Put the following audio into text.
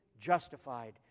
justified